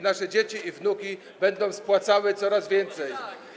Nasze dzieci i wnuki będą spłacały ich coraz więcej.